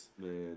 Man